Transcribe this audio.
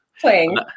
Playing